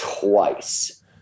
twice